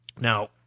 Now